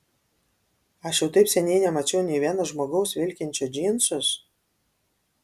aš jau taip seniai nemačiau nei vieno žmogaus vilkinčio džinsus